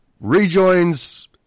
rejoins